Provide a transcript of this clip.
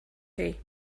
chi